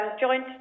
joined